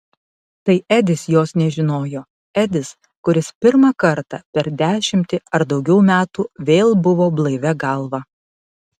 tai edis jos nežinojo edis kuris pirmą kartą per dešimtį ar daugiau metų vėl buvo blaivia galva